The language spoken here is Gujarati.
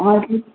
હા એટલેજ